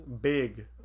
big